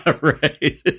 Right